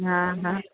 હા હા